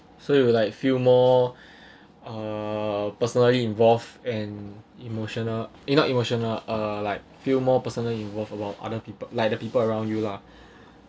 so you like feel more uh personally involved and emotional eh not emotional uh like feel more personal involve around other people like the people around you lah